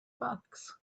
bucks